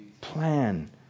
Plan